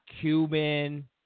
Cuban